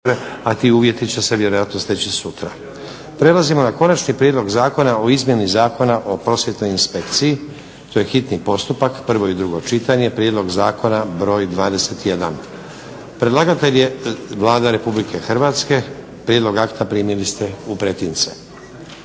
**Stazić, Nenad (SDP)** Prelazimo na - Konačni prijedlog Zakona o izmjeni Zakona o prosvjetnoj inspekciji, hitni postupak, prvo i drugo čitanje, P.Z. br. 21 Predlagatelj je Vlada Republike Hrvatske. Prijedlog akta primili ste u pretince.